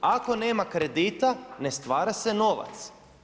Ako nema kredita ne stvara se novac.